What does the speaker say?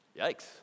Yikes